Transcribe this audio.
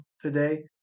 today